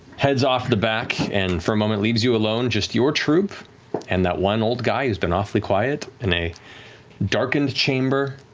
heads off to the back and, for a moment, leaves you alone, just your troupe and that one old guy who's been awfully quiet in a darkened chamber.